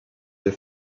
the